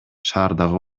шаардагы